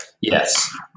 Yes